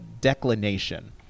declination